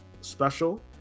special